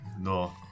No